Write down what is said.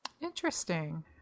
Interesting